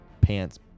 pants